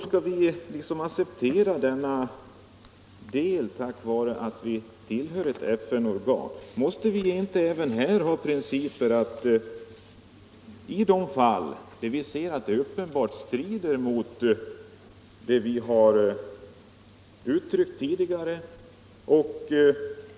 Skall vi acceptera detta därför att vi tillhör ett FN-organ? Måste vi inte dra oss ur när vi ser att ett handlande enligt FN:s riktlinjer uppenbarligen strider mot de åsikter vi tidigare uttryckt?